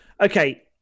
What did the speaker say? okay